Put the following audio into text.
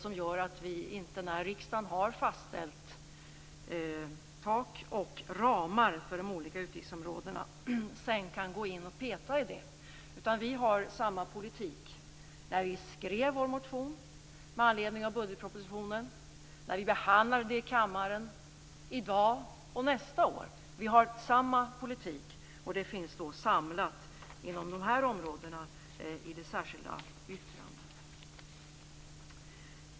Det gör att vi inte när riksdagen har fastställt tak och ramar för de olika utgiftsområdena sedan kan gå in och peta i det. Vi har samma politik när vi skriver vår motion med anledning av budgetpropositionen och när vi behandlar dessa frågor i kammaren i dag och nästa år. Vi har samma politik, och det som gäller inom de här områdena finns samlat i det särskilda yttrandet.